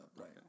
Right